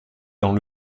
dans